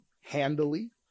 handily